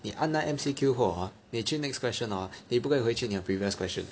你按那个 M_C_Q 后 hor 你去 next question hor 你不可以回去你的 previous question